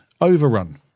overrun